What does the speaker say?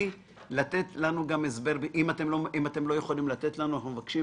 אם אתם לא יכולים לתת לנו, אנחנו מבקשים